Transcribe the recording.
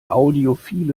audiophile